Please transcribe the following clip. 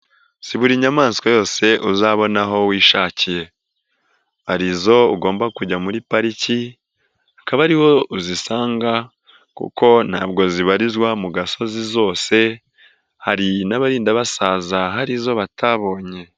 Si buri nyamaswa yose uzabona aho wishakiye, harizo ugomba kujya muri pariki, ukaba ariho uzisanga, kuko ntabwo zibarizwa mu gasozi zose, hari n'abarinda basaza harizo batabonye.